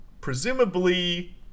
presumably